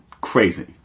Crazy